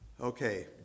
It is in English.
okay